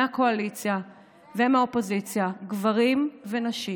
מהקואליציה ומהאופוזיציה, גברים ונשים,